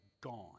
gone